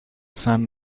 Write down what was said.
saint